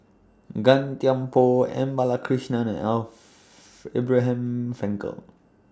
Gan Thiam Poh M Balakrishnan and Abraham Frankel